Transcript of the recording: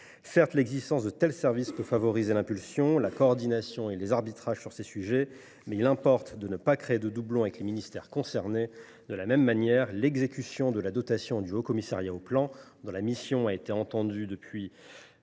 Certes, l’existence de tels services peut favoriser l’impulsion, la coordination et les arbitrages sur ces sujets, mais il importe de ne pas créer de doublons avec les ministères concernés. De la même manière, l’exécution de la dotation du Haut Commissariat au plan, dont la mission a été étendue depuis